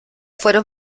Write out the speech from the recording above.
fueron